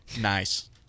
Nice